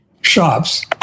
shops